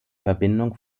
verbindung